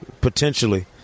potentially